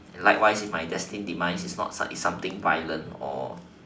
likewise if my destined demise is not it's something violent or